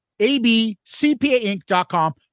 abcpainc.com